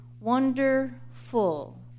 wonderful